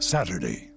Saturday